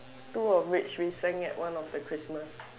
two of which we sang at one of the Christmas